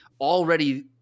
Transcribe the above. already